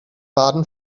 baden